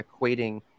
equating